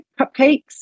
cupcakes